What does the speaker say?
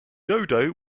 dodo